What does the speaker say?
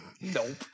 Nope